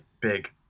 big